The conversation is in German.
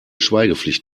schweigepflicht